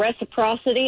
reciprocity